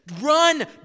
Run